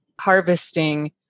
harvesting